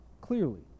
clearly